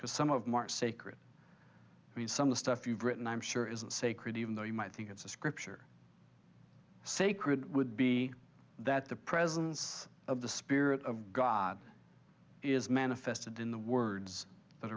because some of them are sacred i mean some of the stuff you've written i'm sure isn't sacred even though you might think it's a scripture sacred would be that the presence of the spirit of god is manifested in the words